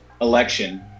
election